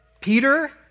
Peter